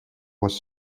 was